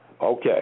okay